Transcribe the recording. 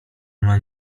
ona